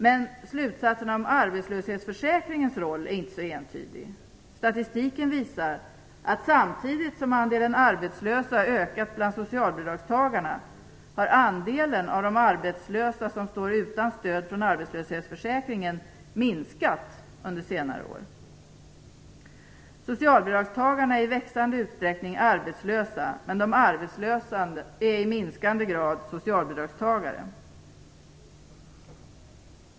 Men slutsatserna om arbetslöshetsförsäkringens roll är inte så entydig. Statistiken visar, att samtidigt som andelen arbetslösa ökat bland socialbidragstagarna har andelen av de arbetslösa som står utan stöd från arbetslöshetsförsäkringen minskat under senare år. Socialbidragstagarna är i växande utsträckning arbetslösa, men de arbetslösa är i minskande grad socialbidragstagare.